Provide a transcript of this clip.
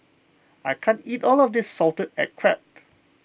I can't eat all of this Salted Egg Crab